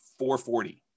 440